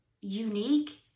unique